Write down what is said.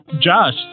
Josh